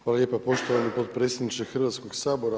Hvala lijepa poštovani potpredsjedniče Hrvatskoga sabora.